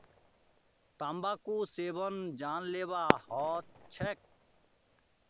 तंबाकूर सेवन जानलेवा ह छेक